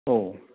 औ